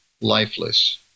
lifeless